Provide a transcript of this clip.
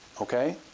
Okay